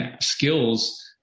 skills